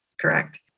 Correct